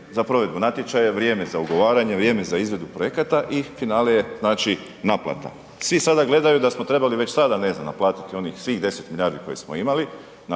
za provedbu natječaja, vrijeme za ugovaranje, vrijeme za izvedbu projekata i finale znači naplata. Svi sada gledaju da smo trebali već sada ne znam naplatiti svih onih 10 milijardi koje smo imali